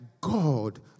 God